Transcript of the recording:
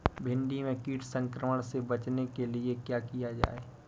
भिंडी में कीट संक्रमण से बचाने के लिए क्या किया जाए?